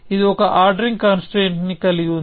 ఇది ఒక ordering constraint ని కలిగి ఉంది